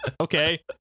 okay